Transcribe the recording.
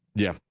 yeah,